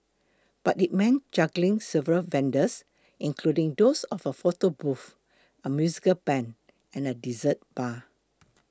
but it meant juggling several vendors including those of a photo booth a musical band and a dessert bar